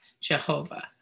Jehovah